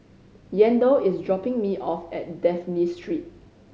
Yandel is dropping me off at Dafne Street